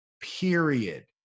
period